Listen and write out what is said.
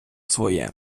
своє